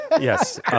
Yes